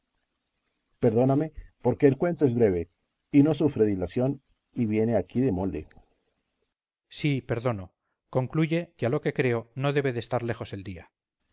perdóname porque el cuento es breve y no sufre dilación y viene aquí de molde cipión sí perdono concluye que a lo que creo no debe de estar lejos el día